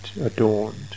adorned